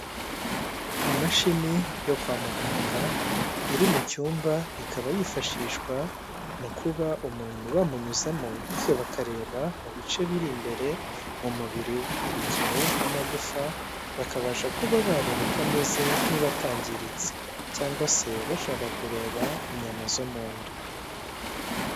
Imashini yo kwa muganga iri mu cyumba ikaba yifashishwa mu kuba umuntu bamunyuzamo bityo bakareba mu bice biri imbere mu mubiri we urugero nk'amagufa bakabasha kuba bareba uko ameze niba atangiritse cyangwa se bashaka kureba inyama zo mu nda.